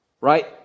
Right